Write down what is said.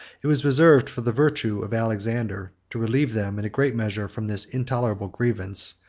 it was reserved for the virtue of alexander to relieve them in a great measure from this intolerable grievance,